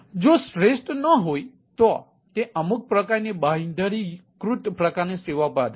જો શ્રેષ્ઠ ન હોય તો તે અમુક પ્રકારની બાંયધરીકૃત પ્રકારની સેવાઓ પર આધારિત છે